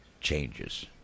changes